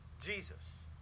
Jesus